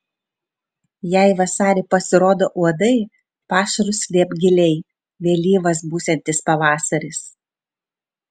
jei vasarį pasirodo uodai pašarus slėpk giliai vėlyvas būsiantis pavasaris